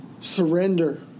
surrender